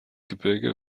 gebirge